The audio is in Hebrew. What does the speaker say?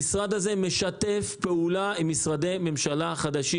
המשרד הזה משתף פעולה עם משרדי הממשלה החדשים.